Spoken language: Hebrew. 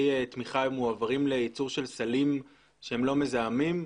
התמיכה מועברים לייצור של סלים שהם לא מזהמים,